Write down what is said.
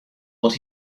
what